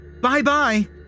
Bye-bye